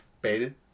Baited